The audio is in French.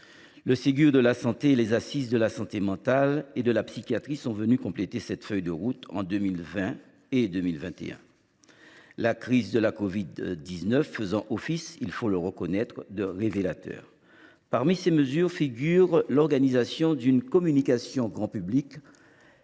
Le Ségur de la santé et les Assises de la santé mentale et de la psychiatrie sont venus compléter cette feuille de route en 2020 et 2021, la crise de la covid 19 faisant office – il faut le reconnaître – de révélateur. Parmi ces mesures figurent l’organisation d’une communication grand public,